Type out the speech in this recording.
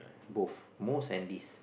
both most and least